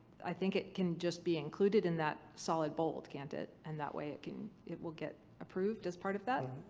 i think it can just be included in that solid bold, can't it? and that way it can. it will get approved as part of that.